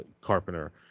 Carpenter